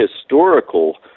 historical